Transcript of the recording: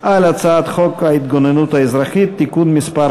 על הצעת חוק ההתגוננות האזרחית (תיקון מס'